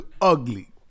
ugly